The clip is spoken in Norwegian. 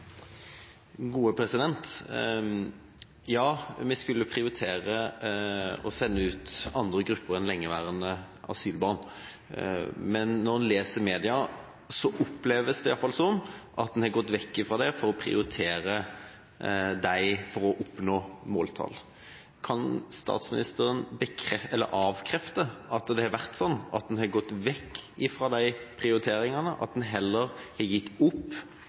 Vi skulle prioritere å sende ut andre grupper enn lengeværende asylbarn, men når en leser media, oppleves det iallfall som at en er gått bort fra det og heller prioriterer disse for å oppnå måltall. Kan statsministeren avkrefte at det har vært sånn, at en har gått bort fra de prioriteringene, at en har gitt opp